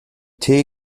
tee